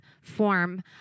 form